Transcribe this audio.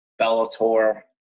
Bellator